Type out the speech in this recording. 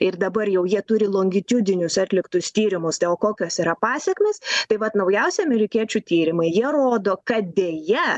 ir dabar jau jie turi longitiudinius atliktus tyrimus tai o kokios yra pasekmės tai vat naujausi amerikiečių tyrimai jie rodo kad deja